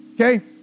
okay